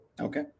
okay